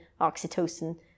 oxytocin